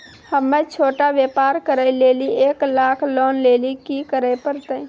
हम्मय छोटा व्यापार करे लेली एक लाख लोन लेली की करे परतै?